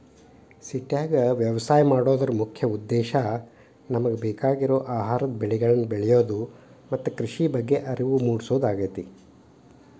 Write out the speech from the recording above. ಸಿಟ್ಯಾಗ ವ್ಯವಸಾಯ ಮಾಡೋದರ ಮುಖ್ಯ ಉದ್ದೇಶ ನಮಗ ಬೇಕಾಗಿರುವ ಆಹಾರದ ಬೆಳಿಗಳನ್ನ ಬೆಳಿಯೋದು ಮತ್ತ ಕೃಷಿ ಬಗ್ಗೆ ಅರಿವು ಮೂಡ್ಸೋದಾಗೇತಿ